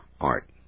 art